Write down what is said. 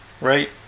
Right